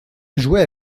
jouait